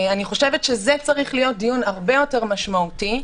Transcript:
אני חושבת שזה צריך להיות דיון הרבה יותר משמעותי,